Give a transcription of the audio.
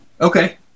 Okay